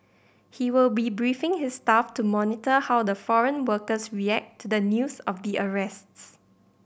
he will be briefing his staff to monitor how the foreign workers react to the news of the arrests